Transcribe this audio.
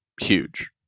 huge